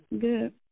Good